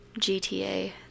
gta